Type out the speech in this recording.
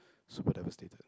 super devastated